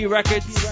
Records